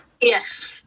Yes